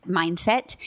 mindset